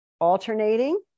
alternating